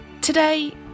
Today